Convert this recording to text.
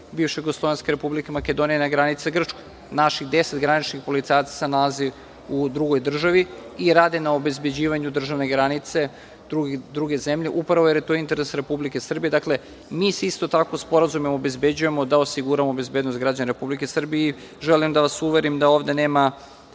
Bivše Jugoslovenske Republike Makedonije, na granici sa Grčkom. Naših deset graničnih policajaca se nalazi u drugoj državi i rade na obezbeđivanju državne granice druge zemlje, upravo jer je to interes Republike Srbije. Dakle, mi se isto tako sporazumom obezbeđujemo da osiguramo bezbednost građana Republike Srbije. Želim da vas uverim da ovde nema